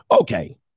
Okay